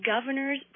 governor's